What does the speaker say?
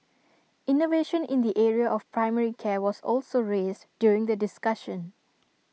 innovation in the area of primary care was also raised during the discussion